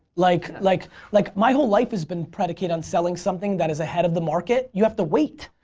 like like like my whole life has been predicated on selling something that is ahead of the market. you have to wait.